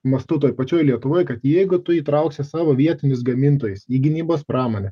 mastu toj pačioj lietuvoj kad jeigu tu įtrauksi savo vietinius gamintojus į gynybos pramonę